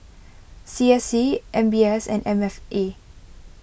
C S C M B S and M F A